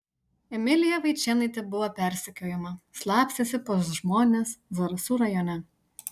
emilija vaičėnaitė buvo persekiojama slapstėsi pas žmones zarasų rajone